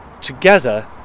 together